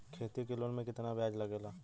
खेती के लोन में कितना ब्याज लगेला?